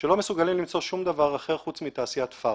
ולא מסוגלים למצוא שום דבר אחר חוץ מתעשיית פארמה.